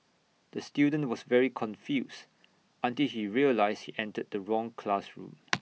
the student was very confused until he realised he entered the wrong classroom